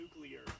nuclear